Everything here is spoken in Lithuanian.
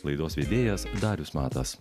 laidos vedėjas darius matas